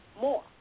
more